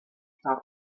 stop